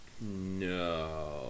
No